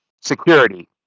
security